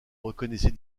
reconnaissez